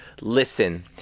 listen